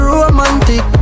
romantic